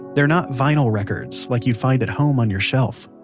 they're not vinyl records, like you'd find at home on your shelf.